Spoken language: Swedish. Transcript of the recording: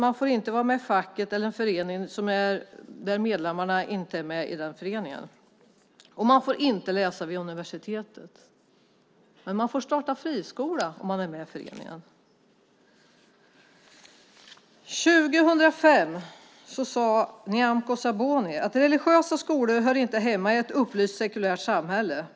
Man får inte vara med i facket eller i en förening, och man får inte läsa vid universitetet. Men man får starta friskola. År 2005 sade Nyamko Sabuni: Religiösa skolor hör inte hemma i ett upplyst sekulärt samhälle.